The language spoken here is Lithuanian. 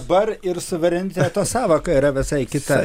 dabar ir suvereniteto sąvoka yra visai kita